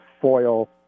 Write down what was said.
foil